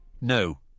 No